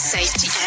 Safety